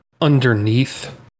underneath